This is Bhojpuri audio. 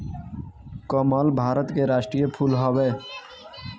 कमल भारत के राष्ट्रीय फूल हवे